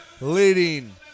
leading